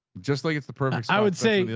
just like it's the perfect. i would say,